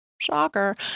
Shocker